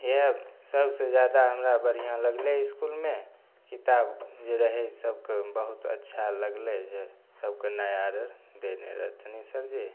इएह सबसे जादा हमरा बढ़िआँ लगलै इसकुलमे किताब जे रहै सभके बहुत अच्छा लगलै जे सभके नया रहै देने रहथिन सरजी